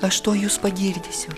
aš tuoj jus pagirdysiu